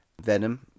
Venom